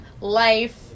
life